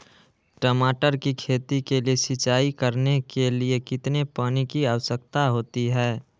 टमाटर की खेती के लिए सिंचाई करने के लिए कितने पानी की आवश्यकता होती है?